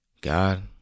God